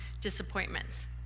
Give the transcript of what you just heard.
disappointments